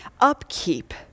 upkeep